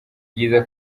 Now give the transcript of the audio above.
ryiza